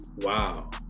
wow